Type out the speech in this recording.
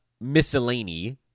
miscellany